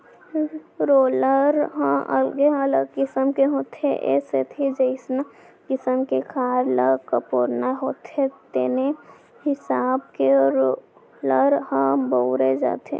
roller ह अलगे अलगे किसम के होथे ए सेती जइसना किसम के खार ल कोपरना होथे तेने हिसाब के रोलर ल बउरे जाथे